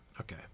Okay